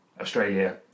Australia